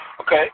Okay